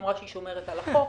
היא אמרה שהיא שומרת על החוק,